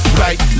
right